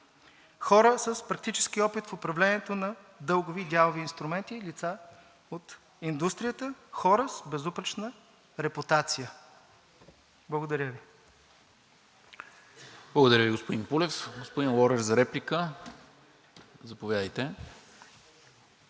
хора с практически опит в управлението на дългови и дялови инструменти, лица от индустрията, хора с безупречна репутация. Благодаря Ви. ПРЕДСЕДАТЕЛ НИКОЛА МИНЧЕВ: Благодаря Ви, господин Пулев. Господин Лорер, за реплика? Заповядайте.